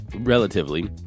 Relatively